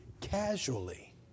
casually